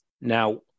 Now